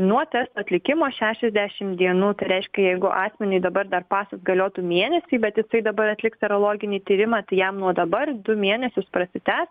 nuo testo atlikimo šešiasdešim dienų tai reiškia jeigu asmeniui dabar dar pasas galiotų mėnesį bet jisai dabar atliks serologinį tyrimą tai jam nuo dabar du mėnesius prasitęs